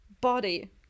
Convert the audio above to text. body